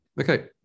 Okay